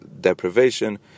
deprivation